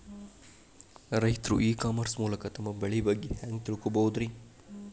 ರೈತರು e commerce ಮೂಲಕ ತಮ್ಮ ಬೆಳಿ ಬಗ್ಗೆ ಹ್ಯಾಂಗ ತಿಳ್ಕೊಬಹುದ್ರೇ?